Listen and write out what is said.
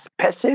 passive